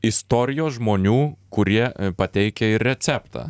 istorijos žmonių kurie pateikia ir receptą